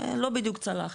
לא בדיוק צלח,